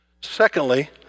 Secondly